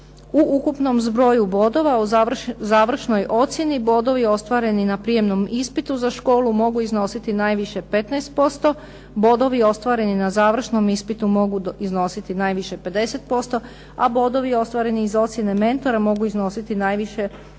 u ukupnom zbroju bodova o završnoj ocjeni bodovi ostvareni na prijemnom ispitu za školu mogu iznositi najviše 15%, bodovi ostvareni na završnom ispitu mogu iznositi najviše 50%, a bodovi ostvareni iz ocjene mentora mogu iznositi najviše do